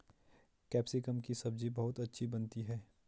capsicum की सब्जी बहुत अच्छी बनती है